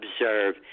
observe